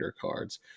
cards